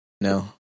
No